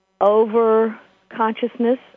over-consciousness